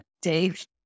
Dave